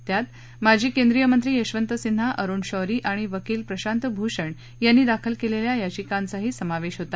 त्यात माजी केंद्रीय मंत्री यशवंत सिन्हा अरुण शौरी आणि वकील प्रशांत भूषण यांनी दाखल केलेल्या याचिकांचाही यात समावेश होता